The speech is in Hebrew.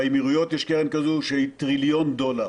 באמירויות יש קרן כזו שהיא טריליון דולר.